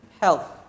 health